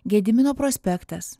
gedimino prospektas